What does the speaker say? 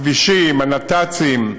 הכבישים, הנת"צים,